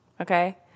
okay